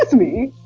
ah me?